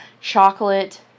chocolate